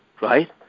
right